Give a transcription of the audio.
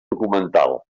documental